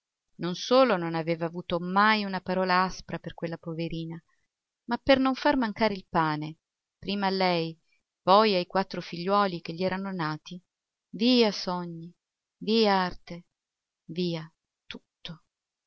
non solo non aveva avuto mai una parola aspra per quella poverina ma per non far mancare il pane prima a lei poi ai quattro figliuoli che gli erano nati via sogni via arte via tutto